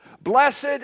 Blessed